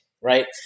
right